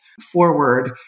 forward